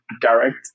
direct